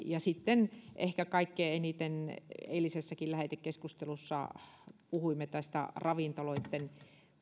ja sitten ehkä kaikkein eniten eilisessäkin lähetekeskustelussa puhuimme tästä ravintoloitten